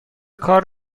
کار